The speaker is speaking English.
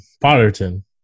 Potterton